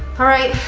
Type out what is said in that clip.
alright,